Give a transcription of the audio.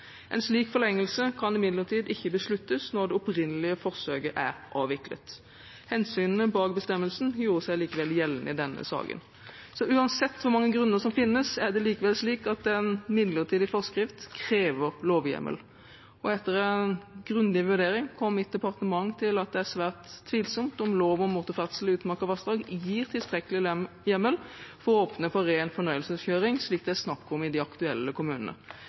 En slik forlengelse kan imidlertid ikke besluttes når det opprinnelige forsøket er avviklet. Hensynene bak bestemmelsen gjorde seg likevel gjeldende i denne saken. Uansett hvor mange grunner som finnes, er det likevel slik at en midlertidig forskrift krever lovhjemmel. Etter en grundig vurdering kom mitt departement fram til at det er svært tvilsomt om lov motorferdsel i utmark og vassdrag gir tilstrekkelig hjemmel for å åpne for ren fornøyelseskjøring, slik det er snakk om i de aktuelle kommunene.